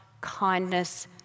kindness